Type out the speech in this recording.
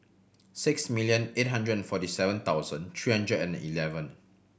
six million eight hundred and forty seven thousand three hundred and eleven